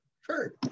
Sure